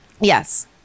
Yes